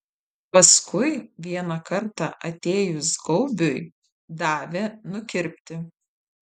paskui vieną kartą atėjus gaubiui davė nukirpti